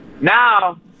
Now